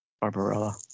Barbarella